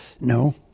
No